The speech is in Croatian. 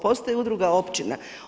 Postoji udruga općina.